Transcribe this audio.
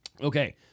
Okay